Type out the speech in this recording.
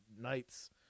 nights